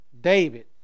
David